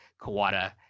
Kawada